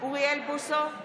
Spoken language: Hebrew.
אוריאל בוסו,